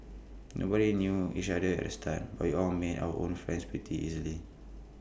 nobody knew each other at the start but we all made our own friends pretty easily